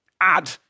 add